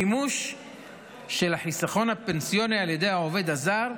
המימוש של החיסכון הפנסיוני על ידי העובד הזר,